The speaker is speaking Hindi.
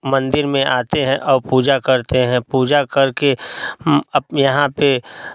मंदिर में आते हैं और पूजा करते हैं और पूजा करके आप यहाँ पर